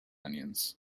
onions